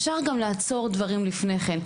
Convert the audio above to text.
אפשר גם לעצור דברים לפני כן.